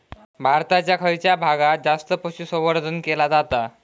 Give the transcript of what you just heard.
भारताच्या खयच्या भागात जास्त पशुसंवर्धन केला जाता?